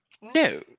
no